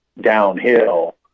downhill